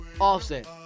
offset